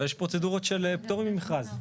אבל יש פרוצדורות של פטורים ממכרז.